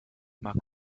mag